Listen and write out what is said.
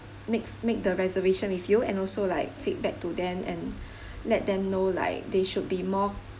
make make the reservation with you and also like feedback to them and let them know like they should be more